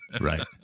right